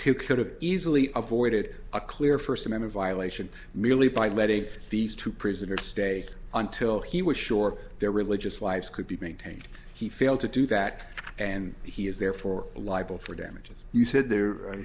could have easily avoided a clear first and a violation merely by letting these two prisoners stay until he was sure their religious lives could be maintained he failed to do that and he is therefore a libel for damages you said there